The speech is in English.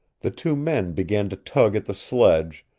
the two men began to tug at the sledge,